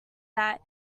that